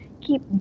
keep